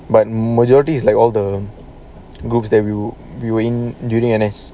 but majority is like all the groups that we were in during N_S